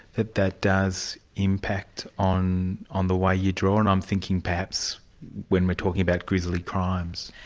that that does impact on on the way you draw? and i'm thinking perhaps when we're talking about grisly crimes.